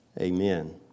Amen